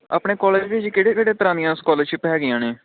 ਆਪਣੇ ਕੋਲਜ ਵਿੱਚ ਕਿਹੜੇ ਕਿਹੜੇ ਤਰ੍ਹਾਂ ਦੀਆਂ ਸਕੋਲਰਸ਼ਿਪ ਹੈਗੀਆਂ ਨੇ